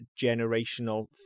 generational